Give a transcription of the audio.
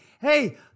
Hey